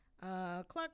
Clark